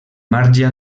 marge